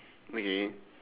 okay